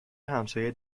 همسایه